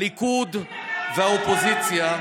הליכוד והאופוזיציה,